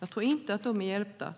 Jag tror inte att de blir hjälpta